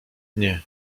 nie